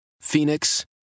Phoenix